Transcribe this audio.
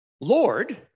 Lord